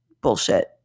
bullshit